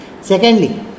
Secondly